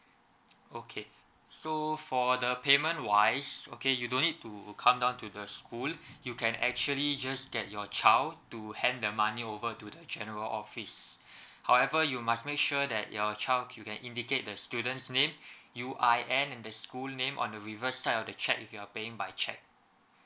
okay so for the payment wise okay you don't need to come down to the school you can actually just get your child do hand the money over to the general office however you must make sure that your child you can indicate the students' name U I N and the school name on the reverse side of the cheque if you are paying by cheque